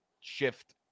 shift